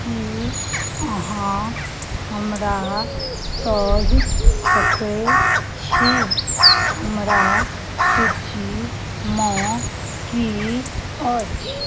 की अहाँ हमरा कहि सकय छी हमरा सूचीमे की अछि